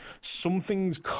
something's